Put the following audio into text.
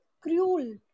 cruel